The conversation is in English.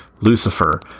Lucifer